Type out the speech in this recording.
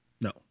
No